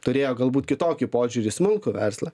turėjo galbūt kitokį požiūrį į smulkų verslą